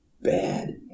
bad